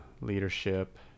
leadership